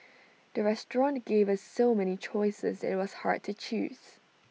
the restaurant gave us so many choices that IT was hard to choose